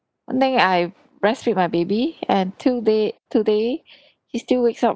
one thing I breastfeed my baby and till date till day he still wakes up